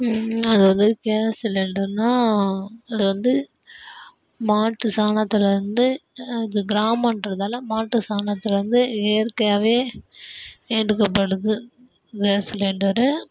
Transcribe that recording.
அதாவது கேஸ் சிலிண்டர்னால் அது வந்து மாட்டு சாணத்தில் இருந்து அது கிராமகிறதால மாட்டு சாணத்தில் இருந்து இயற்கையாகவே எடுக்கப்படுது கேஸ் சிலிண்டரு